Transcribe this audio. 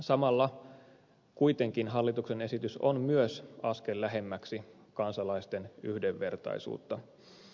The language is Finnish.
samalla kuitenkin hallituksen esitys on myös askel lähemmäksi kansalaisten yhdenvertaisuutta